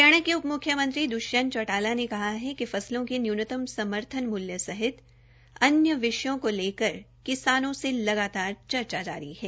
हरियाणा के उप म्र्ख्यमंत्री दृष्यंत चौटाला ने कहा है कि फसलों के न्यूनतम समर्थन मूल्य सहित अन्य विषयो को लेकर किसानों से लगातार चर्चा जारी है